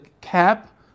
cap